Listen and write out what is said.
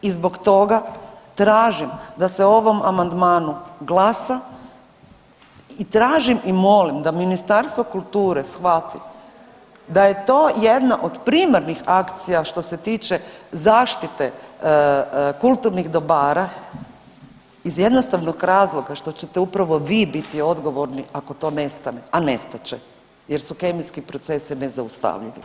I zbog toga tražim da se o ovom amandmanu glasa i tražim i molim da Ministarstvo kulture shvati da je jedna od primarnih akcija što se tiče zaštite kulturnih dobara iz jednostavnog razloga što ćete upravo vi biti odgovorni ako to ne stane, a nestat će jer su kemijski procesi nezaustavljivi.